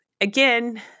again